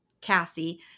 Cassie